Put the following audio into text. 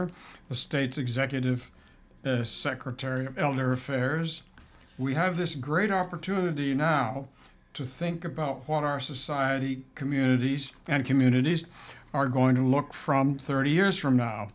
or the state's executive secretary elinor affairs we have this great opportunity now to think about what our society communities and communities are going to look from thirty years from now